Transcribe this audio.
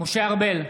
משה ארבל,